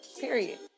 period